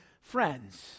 friends